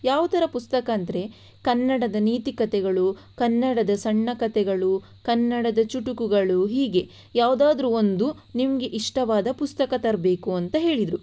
ಯಾವ ಥರ ಪುಸ್ತಕ ಅಂದರೆ ಕನ್ನಡದ ನೀತಿಕತೆಗಳು ಕನ್ನಡದ ಸಣ್ಣಕತೆಗಳು ಕನ್ನಡದ ಚುಟುಕುಗಳು ಹೀಗೆ ಯಾವುದಾದ್ರೂ ಒಂದು ನಿಮಗೆ ಇಷ್ಟವಾದ ಪುಸ್ತಕ ತರಬೇಕು ಅಂತ ಹೇಳಿದರು